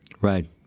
right